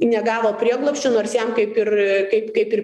negavo prieglobsčio nors jam kaip ir kaip kaip ir